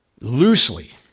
loosely